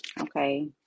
okay